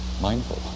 mindful